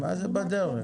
מה זה "בדרך"?